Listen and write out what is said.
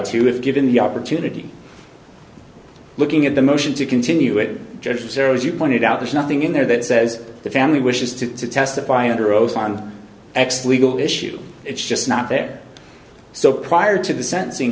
to if given the opportunity looking at the motion to continue it jeff's there as you pointed out there's nothing in there that says the family wishes to testify under oath on x legal issue it's just not that so prior to the sentencing